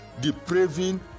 depraving